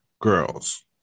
Girls